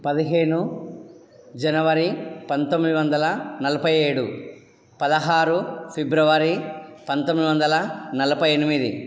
పదిహేను జనవరి పంతొమ్మిది వందల నలభై ఏడు పదహారు ఫిబ్రవరి పంతొమ్మిది వందల నలభై ఎనిమిది